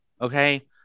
Okay